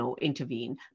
intervene